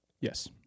Yes